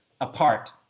apart